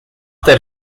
der